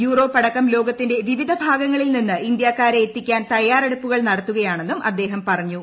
Europe അടക്കം ലോകത്തിന്റെ വിവിധ ഭാഗങ്ങളിൽ നിന്ന് ഇന്ത്യാക്കാരെ എത്തിക്കാൻ തയ്യാറെടുപ്പുകൾ നടത്തുകയാണെന്നും അദ്ദേഹം പറഞ്ഞു